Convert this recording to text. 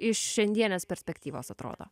iš šiandienės perspektyvos atrodo